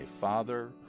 father